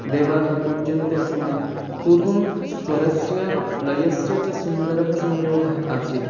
देवाः पूज्यन्ते स्म पूर्वं स्वरस्य लयस्य च सुन्दरः संयोगः आसीत्